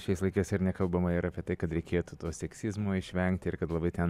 šiais laikais ar ne kalbama ir apie tai kad reikėtų to seksizmo išvengti ir kad labai ten